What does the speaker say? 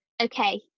Okay